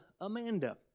Amanda